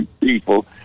people